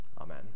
Amen